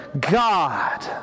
God